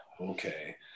okay